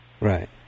Right